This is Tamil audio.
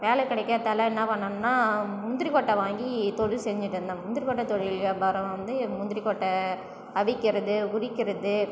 வேலை கிடைக்காததால என்ன பண்ணணும்னா முந்திரிக்கொட்டை வாங்கி தொழில் செஞ்சுட்டு இருந்தேன் முந்திரிக்கொட்டை தொழில் வியாபாரம் வந்து முந்திரிக்கொட்டை அவிக்கிறது உரிக்கிறது